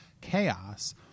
chaos